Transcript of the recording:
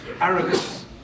Arrogance